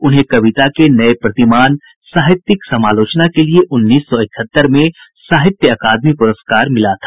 उन्हें कविता के नए प्रतिमान साहित्यिक समालोचना के लिए उन्नीस सौ इकहत्तर में साहित्य अकादमी पुरस्कार मिला था